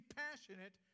passionate